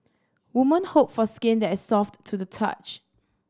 women hope for skin that soft to the touch